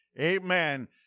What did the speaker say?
amen